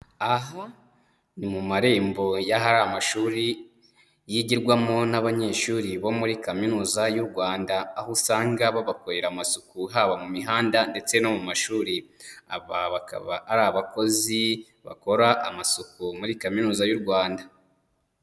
Aha ni mu marembo y'ahari amashuri yigirwamo n'abanyeshuri bo muri Kaminuza y'u Rwanda, aho usanga babakorera amasuku haba mu mihanda ndetse no mu mashuri, aba bakaba ari abakozi bakora amasuku muri Kaminuza y'u Rwanda.